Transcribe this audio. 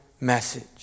message